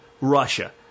Russia